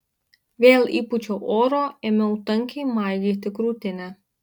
vėl įpūčiau oro ėmiau tankiai maigyti krūtinę